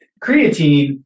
Creatine